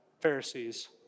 Pharisees